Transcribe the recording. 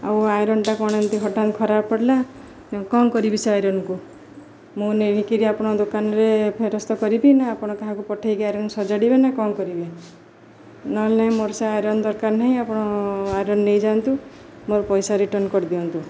ଆଉ ଆଇରନ୍ଟା କ'ଣ ଏମିତି ହଠାତ ଖରାପ ପଡ଼ିଲା କ'ଣ କରିବି ସେ ଆଇରନ୍କୁ ମୁଁ ନେଇ କରି ଆପଣ ଦୋକାନରେ ଫେରସ୍ତ କରିବି ନା ଆପଣ କାହାକୁ ପଠାଇକି ଆଇରନ୍ ସଜାଡ଼ିବେ ନା କ'ଣ କରିବେ ନହେଲେ ନାହିଁ ମୋର ସେ ଆଇରନ୍ ଦରକାର ନାହିଁ ଆପଣ ଆଇରନ୍ ନେଇ ଯାଆନ୍ତୁ ମୋର ପଇସା ରିଟର୍ଣ୍ଣ କରିଦିଅନ୍ତୁ